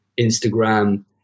Instagram